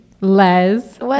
Les